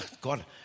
God